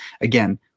Again